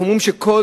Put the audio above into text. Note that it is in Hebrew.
אנחנו אומרים שכל